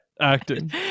Acting